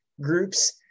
groups